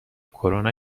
کرونا